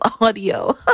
audio